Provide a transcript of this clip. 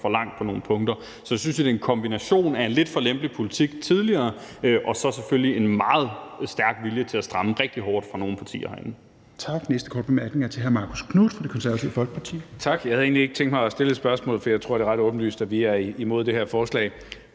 for langt på nogle punkter. Så jeg synes, at det er en kombination af en lidt for lempelig politik tidligere og så selvfølgelig en meget stærk vilje til at stramme rigtig hårdt fra nogle partiers side herinde. Kl. 16:24 Fjerde næstformand (Rasmus Helveg Petersen): Tak. Den næste korte bemærkning er til hr. Marcus Knuth fra Det Konservative Folkeparti. Kl. 16:24 Marcus Knuth (KF): Tak. Jeg havde egentlig ikke tænkt mig at stille et spørgsmål, for jeg tror, det er ret åbenlyst, at vi er imod det her forslag.